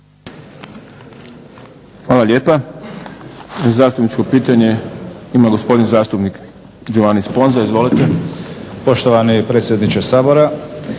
Hvala lijepa. Zastupničko pitanje ima gospodin zastupnik Giovanni Sponza. Izvolite. **Sponza, Giovanni (IDS)**